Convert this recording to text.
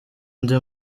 undi